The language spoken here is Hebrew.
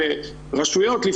רשויות,